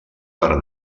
per